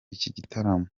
gitaramo